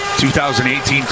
2018